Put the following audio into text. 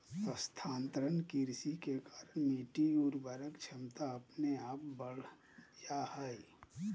स्थानांतरण कृषि के कारण मिट्टी के उर्वरक क्षमता अपने आप बढ़ जा हय